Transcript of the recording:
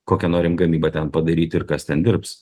kokią norim gamybą ten padaryt ir kas ten dirbs